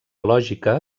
lògica